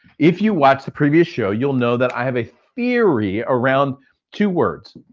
if you watch the previous show, you'll know that i have a theory around two words,